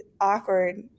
awkward